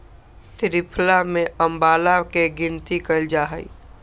त्रिफला में आंवला के गिनती कइल जाहई